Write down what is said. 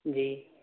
جی